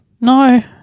No